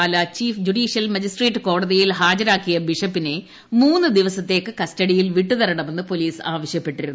പാല chief judicial magistrate കോടതിയിൽ ഹാജരാക്കിയ ബിഷപ്പിനെ മൂന്ന് ദിപ്പസ്സ്ട്രേക്ക് കസ്റ്റഡിയിൽ വിട്ടുകിട്ടണമെന്ന് പോലീസ് ആർപ്പ്പെട്ടിരുന്നു